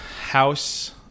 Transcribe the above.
house